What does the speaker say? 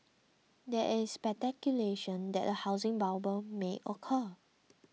there is speculation that a housing bubble may occur